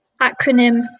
acronym